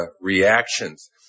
reactions